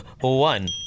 one